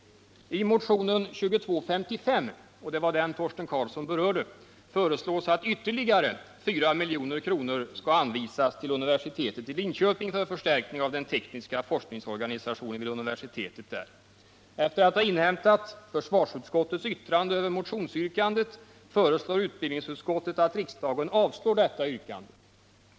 I motionen 1978/79:2255 — det var den som Torsten Karlsson berörde — föreslås att ytterligare 4 milj.kr. skall anvisas till universitetet i Linköping för förstärkning av den tekniska forskningsorganisationen vid universitetet. Efter att ha inhämtat försvarsutskottets yttrande över motionsyrkandet föreslår utbildningsutskottet att riksdagen avslår detta yrkande.